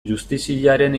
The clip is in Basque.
justiziaren